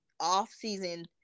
off-season